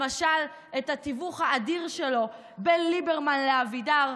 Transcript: למשל את התיווך האדיר שלו בין ליברמן לאבידר,